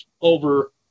over